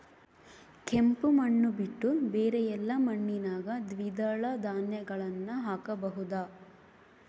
ಕೆಂಪು ಮಣ್ಣು ಬಿಟ್ಟು ಬೇರೆ ಎಲ್ಲಾ ಮಣ್ಣಿನಾಗ ದ್ವಿದಳ ಧಾನ್ಯಗಳನ್ನ ಹಾಕಬಹುದಾ?